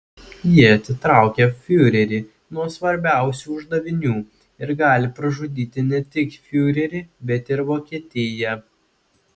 ji atitraukė fiurerį nuo svarbiausių uždavinių ir gali pražudyti ne tik fiurerį bet ir vokietiją